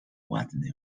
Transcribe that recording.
ładny